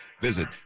Visit